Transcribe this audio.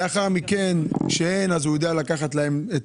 לאחר מכן כשאין הוא יודע לקחת את